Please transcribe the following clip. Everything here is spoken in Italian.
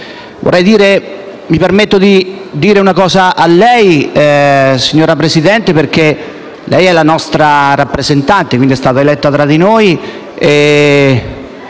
Mi permetto di dire una cosa a lei, signor Presidente, perché lei è la nostra rappresentante ed è stata eletta da noi.